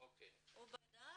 הוא בדק